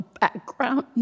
background